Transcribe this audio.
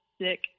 sick